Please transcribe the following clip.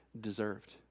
deserved